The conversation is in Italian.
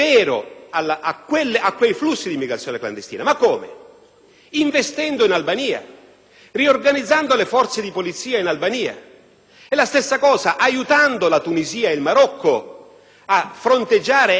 Investendo in Albania, riorganizzando le forze di polizia di quel Paese. Allo stesso modo, abbiamo aiutato la Tunisia e il Marocco a fronteggiare e a fermare, prima che partissero, le ondate di immigrazione clandestina.